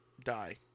Die